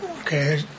okay